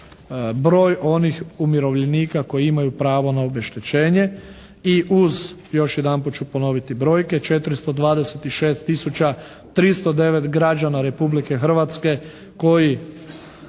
broj onih umirovljenika koji imaju pravo na obeštećenje i uz, još jedanput ću ponoviti brojke: 426 tisuća 309 građana Republike Hrvatske koji